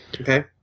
Okay